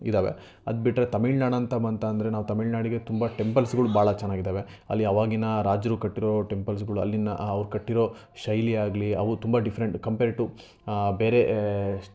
ಇದ್ದಾವೆ ಅದು ಬಿಟ್ಟರೆ ತಮಿಳ್ನಾಡಂತ ಬಂತು ಅಂದರೆ ನಾವು ತಮಿಳ್ನಾಡಿಗೆ ತುಂಬ ಟೆಂಪಲ್ಸ್ಗಳು ಭಾಳ ಚೆನ್ನಾಗಿದಾವೆ ಅಲ್ಲಿ ಅವಾಗಿನ ರಾಜರು ಕಟ್ಟಿರೋ ಟೆಂಪಲ್ಸ್ಗಳು ಅಲ್ಲಿನ ಅವ್ರು ಕಟ್ಟಿರೋ ಶೈಲಿ ಆಗಲಿ ಅವು ತುಂಬ ಡಿಫ್ರೆಂಟು ಕಂಪೇರ್ ಟು ಬೇರೆ